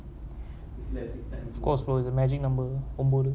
of course bro it's a magic number ஒன்பது:onpathu